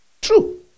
True